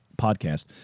podcast